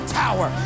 tower